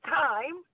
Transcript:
time